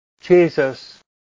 Jesus